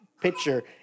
picture